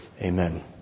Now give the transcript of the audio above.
Amen